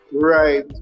Right